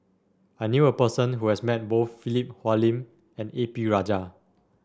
I knew a person who has met both Philip Hoalim and A P Rajah